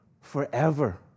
forever